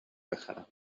بخرم